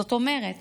זאת אומרת